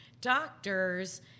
doctors